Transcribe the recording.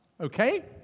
Okay